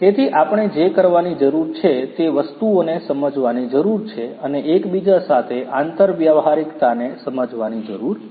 તેથી આપણે જે કરવાની જરૂર છે તે વસ્તુઓને સમજવાની જરૂર છે અને એકબીજા સાથે આંતરવ્યાવાહીરીકતાને સમજવાની જરૂર છે